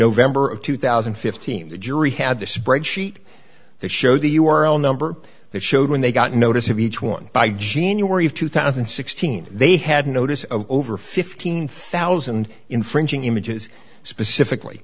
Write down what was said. november of two thousand and fifteen the jury had the spreadsheet that showed the u r l number that showed when they got notice of each one by january of two thousand and sixteen they had notice of over fifteen thousand infringing images specifically